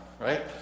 right